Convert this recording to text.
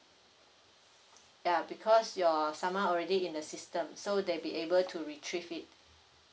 ya because your uh saman already in the system so they'll be able to retrieve it